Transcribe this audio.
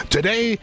Today